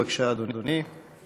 בבקשה, אדוני.